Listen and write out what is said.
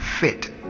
fit